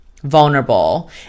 vulnerable